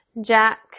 Jack